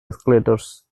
escalators